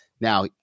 Now